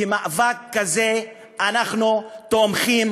ובמאבק כזה אנחנו תומכים.